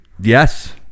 Yes